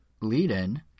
lead-in